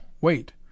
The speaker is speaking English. Wait